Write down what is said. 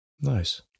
nice